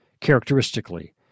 characteristically